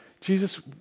Jesus